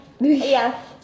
Yes